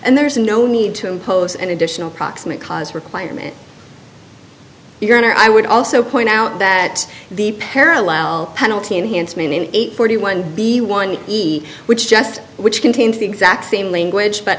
and there's no need to impose an additional proximate cause requirement your honor i would also point out that the parallel penalty enhancement in age forty one the one which just which contains the exact same language but